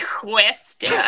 twisted